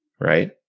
right